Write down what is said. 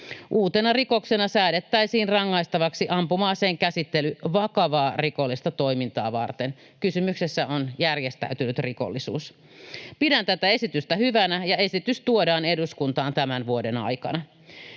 Uutena rikoksena säädettäisiin rangaistavaksi ampuma-aseen käsittely vakavaa rikollista toimintaa varten — kysymyksessä on järjestäytynyt rikollisuus. Pidän tätä esitystä hyvänä, ja esitys tuodaan eduskuntaan tämän vuoden aikana.